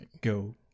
go